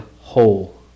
whole